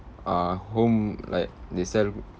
uh home like they sell